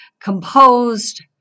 composed